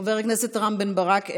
חבר הכנסת רם בן ברק,